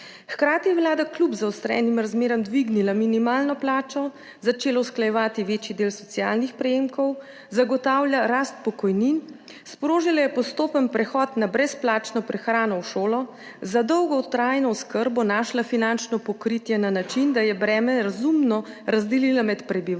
Hkrati je Vlada kljub zaostrenim razmeram dvignila minimalno plačo, začela usklajevati večji del socialnih prejemkov, zagotavlja rast pokojnin, sprožila je postopen prehod na brezplačno prehrano v šoli, za dolgotrajno oskrbo našla finančno pokritje na način, da je breme razumno razdelila med prebivalstvo,